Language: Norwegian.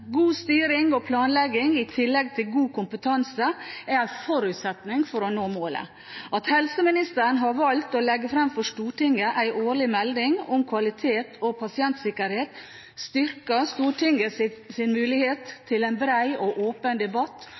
God styring og planlegging i tillegg til god kompetanse er en forutsetning for å nå målet. At helseministeren har valgt å legge fram for Stortinget en årlig melding om kvalitet og pasientsikkerhet, styrker Stortingets mulighet til en bred og åpen debatt